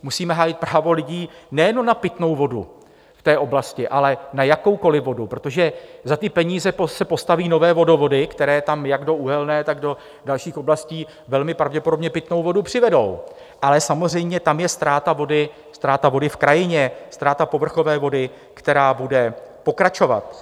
Musíme hájit právo lidí v té oblasti nejenom na pitnou vodu, ale na jakoukoliv vodu, protože za ty peníze se postaví nové vodovody, které tam jak do uhelné, tak do dalších oblastí velmi pravděpodobně pitnou vodu přivedou, ale samozřejmě tam je ztráta vody v krajině, ztráta povrchové vody, která bude pokračovat.